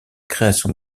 création